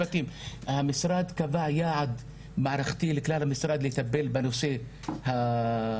המשרד קבע יעד מערכתי לכלל המשרד לטפל בנושא המגדרי